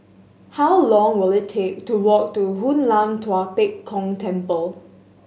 how long will it take to walk to Hoon Lam Tua Pek Kong Temple